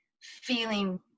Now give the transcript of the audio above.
feeling